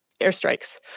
airstrikes